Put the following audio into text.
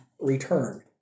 returned